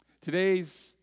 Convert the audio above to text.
Today's